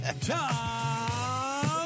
Tom